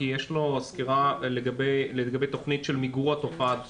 כי יש לו סקירה לגבי התוכנית לגבי מיגור התופעה עד